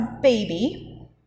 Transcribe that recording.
baby